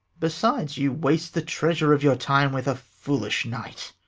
besides, you waste the treasure of your time with a foolish knight